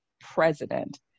president